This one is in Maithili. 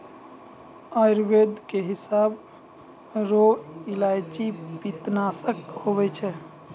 आयुर्वेद के हिसाब रो इलायची पित्तनासक हुवै छै